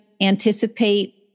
anticipate